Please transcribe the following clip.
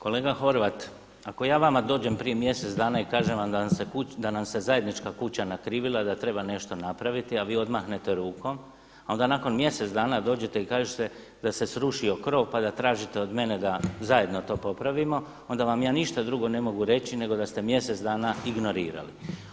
Kolega Horvat, ako ja vama dođem prije mjesec dana i kažem vam da nam se zajednička kuća nakrivila, da treba nešto napraviti, a vi odmahnete rukom, a onda nakon mjesec dana dođete i kažete da se srušio krov pa da tražite od mene da zajedno to popravimo, onda vam je ništa drugo ne mogu reći nego da ste mjesec dana ignorirali.